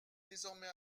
désormais